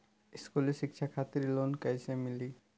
स्कूली शिक्षा खातिर लोन कैसे मिली?